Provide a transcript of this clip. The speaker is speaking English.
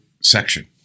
section